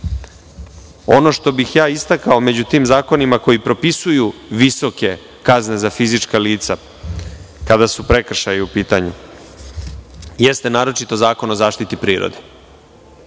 što bih istakao među tim zakonima koji propisuju visoke kazne za fizička lica, kada su prekršaji u pitanju, jeste naročito Zakon o zaštiti prirode.